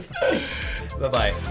Bye-bye